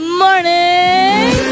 morning